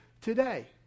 today